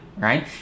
Right